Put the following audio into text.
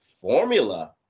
formula